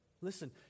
listen